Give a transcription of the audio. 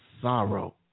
sorrow